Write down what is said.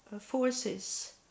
forces